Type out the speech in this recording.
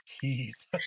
tease